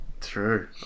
True